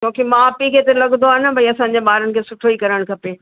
जो की माउ पीउ खे त लॻंदो आहे न भाई असांजे ॿारनि खे सुठो ई करणु खपे